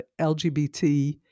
LGBT